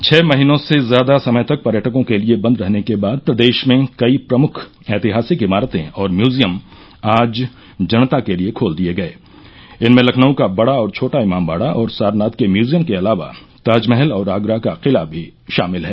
छ महीनों से ज्यादा समय तक पर्यटकों के लिए बंद रहने के बाद प्रदेश में कई प्रमुख ऐतिहासिक इमारते और म्यूजियम आज जनता के लिए खोल दिए गए इनमें लखनऊ का बड़ा और छोटा इमामबाड़ा और सारनाथ के म्यूजियम के अलावा ताजमहल और आगरा का किला भी शामिल है